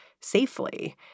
safely